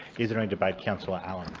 is there any debate? councillor ah and